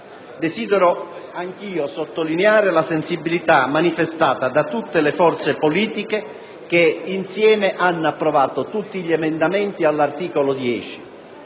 Desidero anch'io sottolineare la sensibilità manifestata da tutte le forze politiche che, insieme, hanno approvato tutti gli emendamenti all'articolo 10;